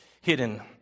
hidden